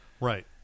Right